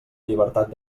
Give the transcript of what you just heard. llibertat